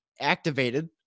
activated